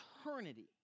eternity